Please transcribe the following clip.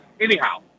Anyhow